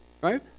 right